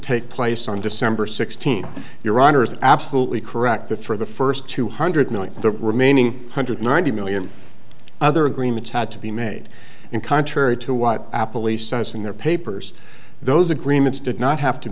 take place on december sixteenth your honor is absolutely correct that for the first two hundred million the remaining hundred ninety million other agreements had to be made and contrary to what apple e says in their papers those agreements did not have to